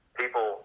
people